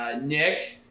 Nick